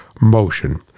motion